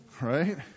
right